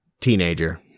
teenager